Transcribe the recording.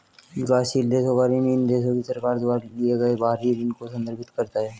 विकासशील देशों का ऋण इन देशों की सरकार द्वारा लिए गए बाहरी ऋण को संदर्भित करता है